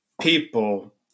people